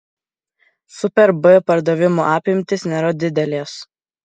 superb pardavimų apimtys nėra didelės